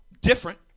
different